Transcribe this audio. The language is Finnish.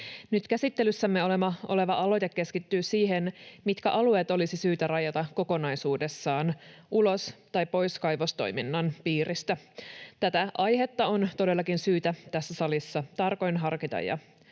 Nyt käsittelyssämme oleva aloite keskittyy siihen, mitkä alueet olisi syytä rajata kokonaisuudessaan ulos tai pois kaivostoiminnan piiristä. Tätä aihetta on todellakin syytä tässä salissa tarkoin harkita ja